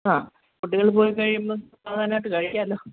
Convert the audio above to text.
ആ കുട്ടികൾ പോയിക്കഴിയുമ്പോൾ സമാധാനമായിട്ട് കഴിക്കാമല്ലോ